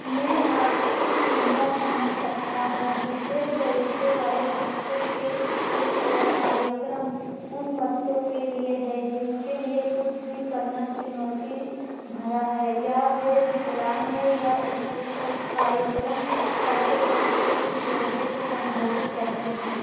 मैं आपकी चिंता समझ सकता हूँ विशेष ज़रूरतों वाले बच्चों के स्कूल और कार्यक्रम उन बच्चों के लिए हैं जिनके लिए कुछ भी करना चुनौती भरा है या वे विकलांग हैं यह स्कूल और कार्यक्रम प्रत्येक बच्चे की ज़रूरतों को संबोधित करते हैं